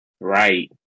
right